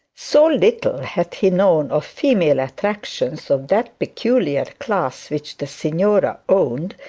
so little had he known of female attractions of that peculiar class which the signora owned,